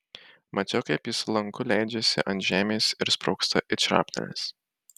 mačiau kaip jis lanku leidžiasi ant žemės ir sprogsta it šrapnelis